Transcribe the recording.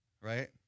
Right